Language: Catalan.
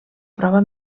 prova